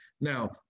Now